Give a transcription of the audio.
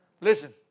listen